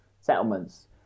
settlements